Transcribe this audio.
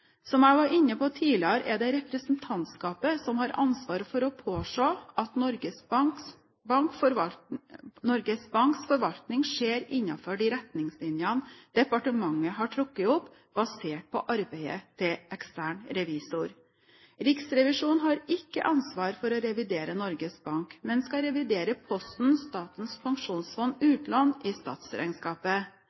Som jeg var inne på tidligere, er det representantskapet som har ansvar for å påse at Norges Banks forvaltning skjer innenfor de retningslinjene departementet har trukket opp, basert på arbeidet til ekstern revisor. Riksrevisjonen har ikke ansvar for å revidere Norges Bank, men skal revidere posten Statens pensjonsfond utland i statsregnskapet.